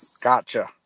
Gotcha